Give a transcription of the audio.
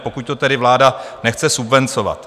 Pokud to tedy vláda nechce subvencovat.